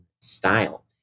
style